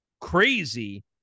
crazy